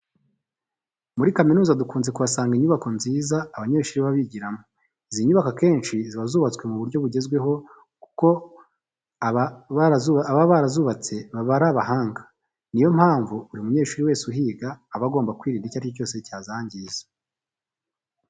Muri kaminuza dukunze kuhasanga inyubako nziza abanyeshuri baba bigiramo. Izi nyubako akenshi ziba zubatswe mu buryo bugezweho kuko ababa barazubatse baba ari abahanga. Niyo mpamvu buri munyeshuri wese uhiga aba agomba kwirinda icyo ari cyo cyose cyazangiza.